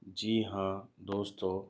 جی ہاں دوستو